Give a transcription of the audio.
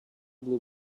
blue